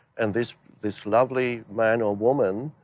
and this this lovely man or woman